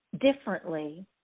differently